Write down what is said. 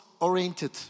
oriented